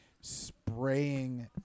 Spraying